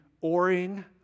oaring